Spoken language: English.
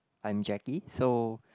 I'm Jackie so